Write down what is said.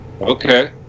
okay